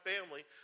family